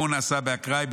אם הוא נעשה באקראי,